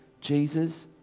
Jesus